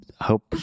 hope